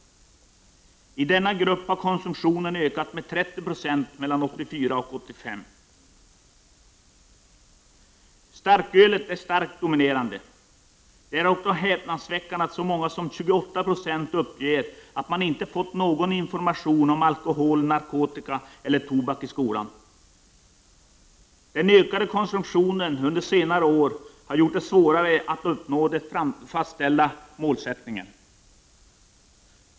I denna grupp har konsumtionen ökat med 30 26 under åren 1984-1985. Starkölet är starkt dominerande. Det är också häpnadsväckande att så många som 28 Ze uppger att de inte fått någon information om alkohol, narkotika eller tobak i skolan. Den ökade konsumtionen under senare år har gjort det svårare att uppnå det fastställda målet.